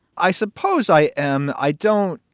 i suppose i am. i don't.